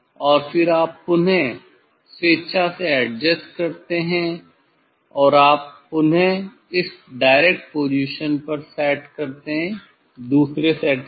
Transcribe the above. और फिर आप पुनः स्वेच्छा से एडजस्ट करते हैं आप पुनः इस डायरेक्ट पोजीशन पर सेट करते हैं दूसरे सेट के लिए